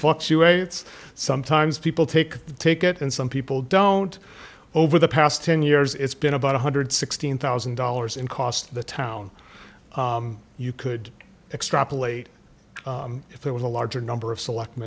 fluctuates sometimes people take take it and some people don't over the past ten years it's been about one hundred sixteen thousand dollars in cost the town you could extrapolate if there was a larger number of select